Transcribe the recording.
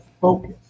focus